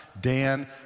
Dan